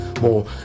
More